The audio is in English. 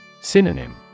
Synonym